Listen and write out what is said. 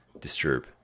disturb